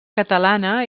catalana